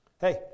Hey